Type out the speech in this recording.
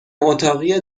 اتاقی